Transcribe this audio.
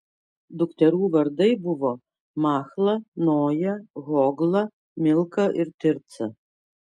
dukterų vardai buvo machla noja hogla milka ir tirca